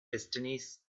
destinies